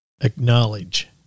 Acknowledge